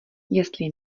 jestli